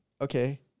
okay